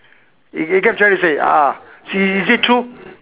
you get what am I trying to say ah see is it true